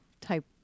type